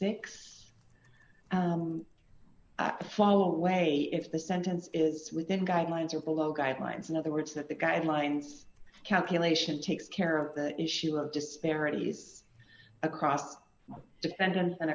small way if the sentence is within guidelines or below guidelines in other words that the guidelines calculation takes care of the issue of disparities across defendants